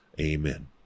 Amen